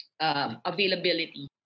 availability